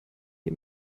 die